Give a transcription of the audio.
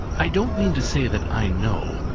i don't mean to say that i know,